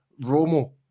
Romo